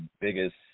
biggest